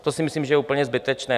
To si myslím, že je úplně zbytečné.